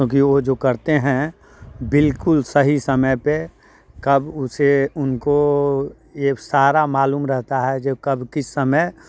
क्योंकि वो जो करते हैं बिल्कुल सही समय पे कब उसे उनको ये सारा मालूम रहता है जो कब किस समय